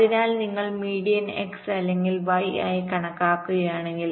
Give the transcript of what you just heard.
അതിനാൽ നിങ്ങൾ median x അല്ലെങ്കിൽ y ആയി കണക്കാക്കുകയാണെങ്കിൽ